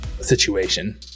situation